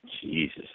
Jesus